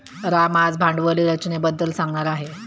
राम आज भांडवली रचनेबद्दल सांगणार आहे